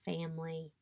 family